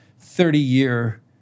30-year